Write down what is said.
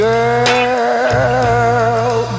Girl